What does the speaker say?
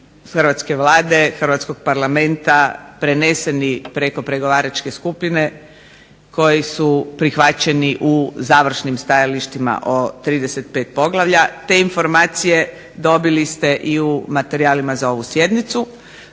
Hrvatske vlade, Hrvatskog parlamenta, preneseni preko pregovaračke skupine koji su prihvaćeni u zajedničkim stajalištima o 35 poglavlja, te informacije dobili ste i u materijalima za ovu sjednicu.